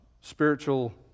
spiritual